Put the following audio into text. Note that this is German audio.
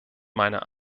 meiner